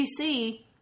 DC